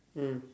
mm